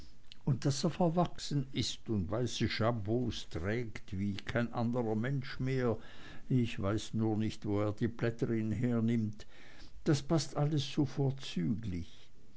und daß er verwachsen ist und weiße jabots trägt wie kein anderer mensch mehr ich weiß nur nicht wo er die plätterin hernimmt das paßt alles so vorzüglich